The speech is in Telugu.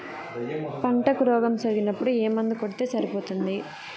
పంటకు రోగం సోకినపుడు ఏ మందు కొడితే సరిపోతుంది?